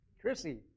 Chrissy